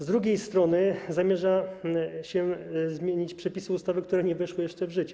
Z drugiej strony zamierza się zmienić przepisy ustawy, które nie weszły jeszcze w życie.